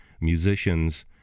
musicians